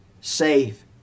Save